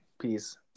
Peace